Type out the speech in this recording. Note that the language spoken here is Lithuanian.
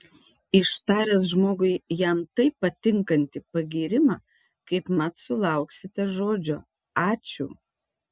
ištaręs žmogui jam taip patinkantį pagyrimą kaipmat sulauksite žodžio ačiū